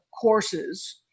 courses